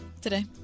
Today